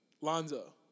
Lonzo